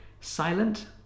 silent